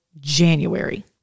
January